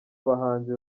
abahanzi